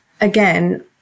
again